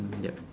yup